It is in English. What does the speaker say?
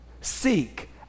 Seek